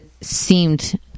seemed